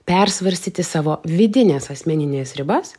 persvarstyti savo vidines asmenines ribas